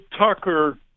Tucker